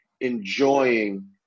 enjoying